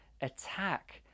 attack